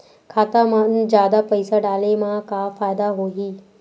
खाता मा जादा पईसा डाले मा का फ़ायदा होही?